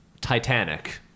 Titanic